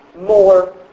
more